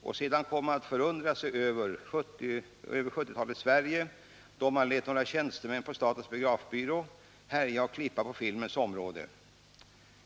Och sedan kommer man att förundra sig över 70-talets Sverige, då man lät några tjänstemän på Statens biografbyrå härja och klippa på filmens område.